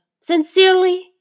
Sincerely